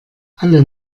alle